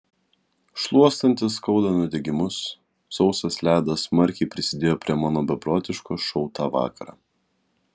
šluostantis skauda nudegimus sausas ledas smarkiai prisidėjo prie mano beprotiško šou tą vakarą